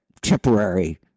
temporary